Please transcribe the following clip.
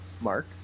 Mark